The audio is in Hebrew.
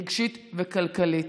רגשית וכלכלית.